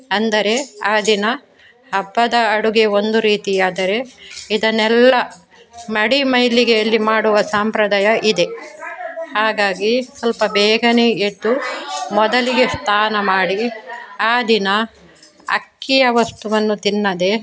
ಅಂದರೆ ಆ ದಿನ ಹಬ್ಬದ ಅಡುಗೆ ಒಂದು ರೀತಿಯಾದರೆ ಇದನ್ನೆಲ್ಲ ಮಡಿ ಮೈಲಿಗೆಯಲ್ಲಿ ಮಾಡುವ ಸಾಂಪ್ರದಾಯ ಇದೆ ಹಾಗಾಗಿ ಸ್ವಲ್ಪ ಬೇಗನೇ ಎದ್ದು ಮೊದಲಿಗೆ ಸ್ನಾನ ಮಾಡಿ ಆ ದಿನ ಅಕ್ಕಿಯ ವಸ್ತುವನ್ನು ತಿನ್ನದೇ